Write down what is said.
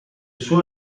suo